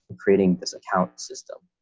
creating this account system,